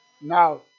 now